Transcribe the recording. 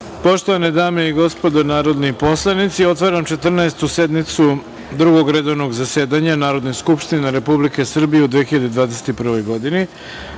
Poštovane dame i gospodo narodni poslanici, otvaram Četrnaestu sednicu Drugog redovnog zasedanja Narodne skupštine Republike Srbije u 2021. godini. Na